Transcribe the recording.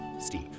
Steve